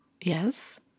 yes